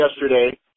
yesterday